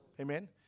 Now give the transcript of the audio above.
Amen